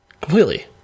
completely